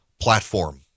platform